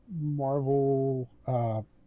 Marvel